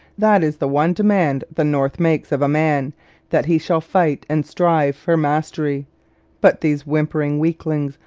that is the one demand the north makes of man that he shall fight and strive for mastery but these whimpering weaklings,